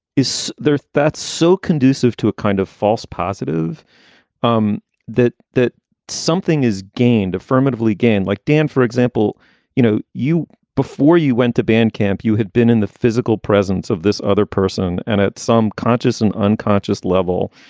is there. that's so conducive to a kind of false positive um that that something is gained affirmatively gained like dan, for example you know, you before you went to band camp, you had been in the physical presence of this other person. and at some conscious and unconscious level,